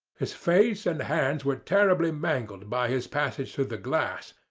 his face and hands were terribly mangled by his passage through the glass,